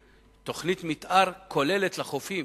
מיתאר כוללת לחופים